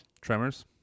Tremors